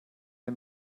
der